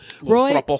Roy